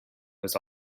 was